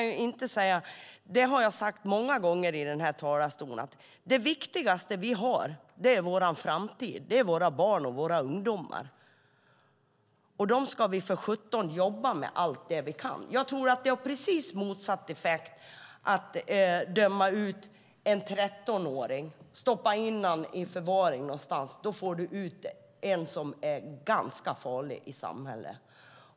Jag har många gånger i den här talarstolen sagt att det viktigaste vi har är våra barn och ungdomar. De är vår framtid. Och då ska vi väl för sjutton jobba med dem allt vad vi kan. Jag tror att det har precis motsatt effekt om man dömer en 13-åring och stoppar in honom i förvar någonstans. Då får du ut en som är ganska så farlig för samhället.